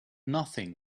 nothing